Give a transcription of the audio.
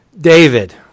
David